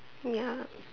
ya